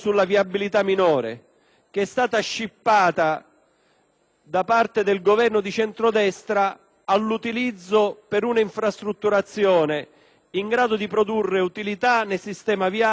scippata dal Governo di centrodestra all'utilizzo per una infrastrutturazione in grado di produrre utilità nel sistema viario e anche una ricaduta positiva in termini economici.